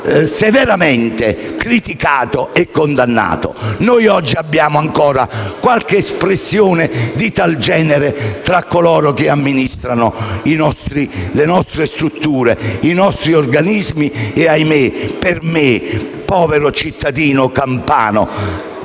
del senatore Barani).* Noi oggi abbiamo ancora qualche espressione di tal genere tra coloro che amministrano le nostre strutture e i nostri organismi. E ahimè, lo dico da povero cittadino campano,